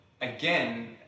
again